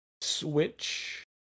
Switch